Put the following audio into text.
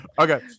Okay